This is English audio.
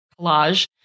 collage